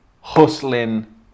hustling